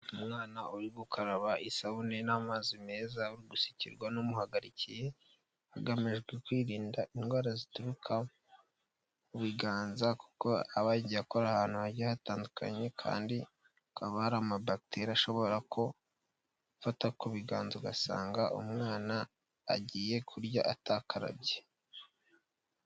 Umwana uri gukaraba isabune n'amazi meza, uri gusukirwa n'umuhagarikiye, hagamijwe kwirinda indwara zituruka ku biganza, kuko aba yagiye akora ahantu hagiye hatandukanye, kandi hakaba hari amabagiteri ashobora gufata ku biganza, ugasanga umwana agiye kurya atakarabye.